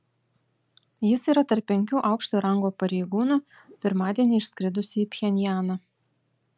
jis yra tarp penkių aukšto rango pareigūnų pirmadienį išskridusių į pchenjaną